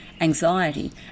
anxiety